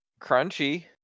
crunchy